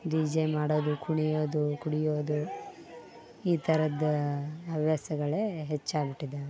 D J ಮಾಡೋದು ಕುಣಿಯೋದು ಕುಡಿಯೋದು ಈ ಥರದ್ದ್ ಹವ್ಯಾಸಗಳೇ ಹೆಚ್ಚಾಗ್ಬಿಟ್ಟಿದಾವೆ